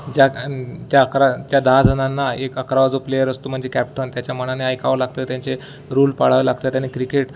ज्या ज्या अकरा त्या दहा जणांना एक अकरावा जो प्लेयर असतो म्हणजे कॅप्टन त्याच्या मनाने ऐकावं लागतं त्यांचे रूल पाळावं लागतं त्यानी क्रिकेट